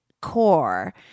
core